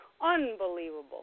Unbelievable